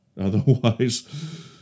Otherwise